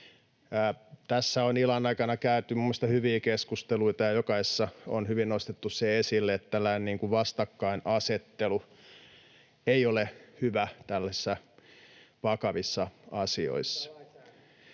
Tässä on illan aikana käyty minun mielestäni hyviä keskusteluita, ja jokaisessa on hyvin nostettu esille se, että tällainen vastakkainasettelu ei ole hyvä tällaisissa vakavissa asioissa.